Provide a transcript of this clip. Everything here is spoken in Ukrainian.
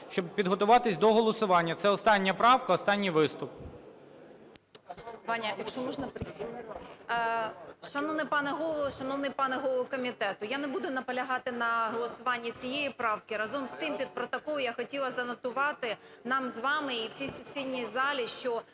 щоб підготуватись до голосування. Це остання правка, останній виступ. 16:16:28 БЄЛЬКОВА О.В. Шановний пане Голово, шановний пане голово комітету! Я не буду наполягати на голосуванні цієї правки. Разом з тим, під протокол я хотіла занотувати нам з вами і всій сесійній залі, що